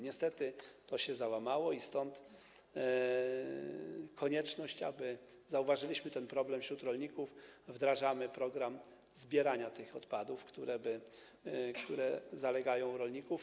Niestety to się załamało i stąd konieczność, aby - zauważyliśmy ten problem wśród rolników - wdrożyć program zbierania tych odpadów, które zalegają u rolników.